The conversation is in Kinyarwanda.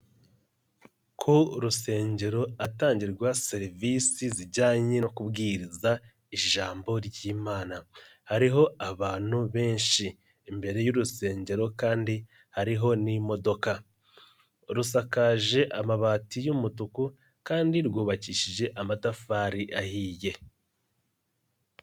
Ku rusengero ahatangirwa serivisi zijyanye no kubwiriza ijambo ry'imana hariho abantu benshi imbere y'urusengero kandi hariho n'imodoka rusakaje amabati y'umutuku kandi rwubakishije amatafari ahiye.